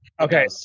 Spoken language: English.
Okay